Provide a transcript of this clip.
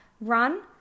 run